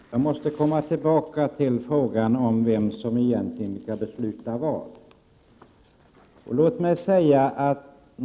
Herr talman! Jag måste komma tillbaka till frågan om vem som egentligen skall besluta vad.